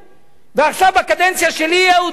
ועכשיו, בקדנציה שלי, אהוד אולמרט,